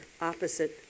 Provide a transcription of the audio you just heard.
opposite